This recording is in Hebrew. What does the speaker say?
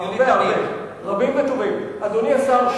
אדוני השר,